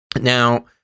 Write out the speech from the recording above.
Now